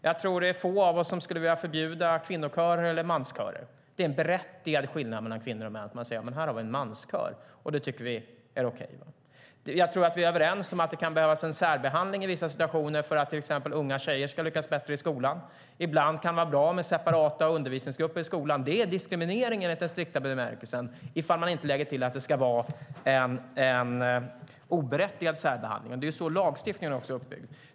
Jag tror att det är få av oss som skulle vilja förbjuda kvinnokörer eller manskörer. Det är en berättigad skillnad mellan kvinnor och män om man säger att här har vi en manskör. Det tycker vi är okej. Jag tror att vi är överens om att det kan behövas en särbehandling i vissa situationer för att till exempel unga tjejer ska lyckas bättre i skolan. Ibland kan det vara bra med separata undervisningsgrupper i skolan. Det är diskriminering i den strikta bemärkelsen om man inte lägger till att det ska vara en oberättigad särbehandling. Det är också så som lagstiftningen är uppbyggd.